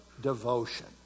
devotion